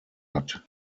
hat